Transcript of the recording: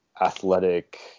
athletic